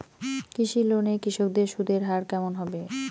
কৃষি লোন এ কৃষকদের সুদের হার কেমন হবে?